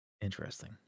Interesting